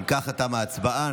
אם כך, תמה ההצבעה.